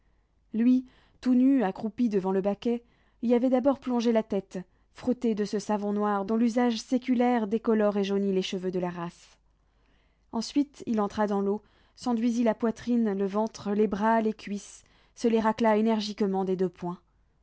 lui tout nu accroupi devant le baquet y avait d'abord plongé sa tête frottée de ce savon noir dont l'usage séculaire décolore et jaunit les cheveux de la race ensuite il entra dans l'eau s'enduisit la poitrine le ventre les bras les cuisses se les racla énergiquement des deux poings